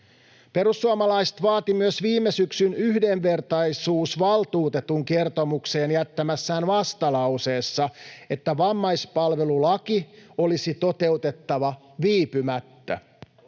Perussuomalaiset vaativat myös viime syksyn yhdenvertaisuusvaltuutetun kertomukseen jättämässään vastalauseessa, että vammaispalvelulaki olisi toteutettava viipymättä.